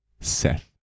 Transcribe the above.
Seth